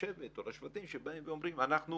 לשבט או לשבטים שבאים ואומרים: אנחנו